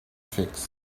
fix